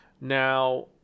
now